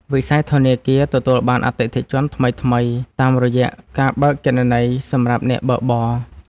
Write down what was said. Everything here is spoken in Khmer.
វិស័យធនាគារទទួលបានអតិថិជនថ្មីៗ តាមរយៈការបើកគណនីសម្រាប់អ្នកបើកបរ។